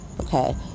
Okay